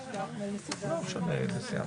הישיבה ננעלה בשעה